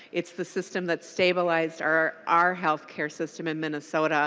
it's the system that stabilized our our healthcare system in minnesota